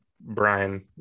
Brian